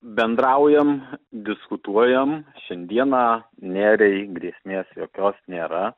bendraujam diskutuojam šiandieną neriai ir grėsmės jokios nėra